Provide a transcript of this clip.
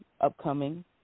upcoming